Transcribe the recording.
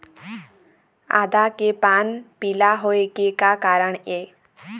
आदा के पान पिला होय के का कारण ये?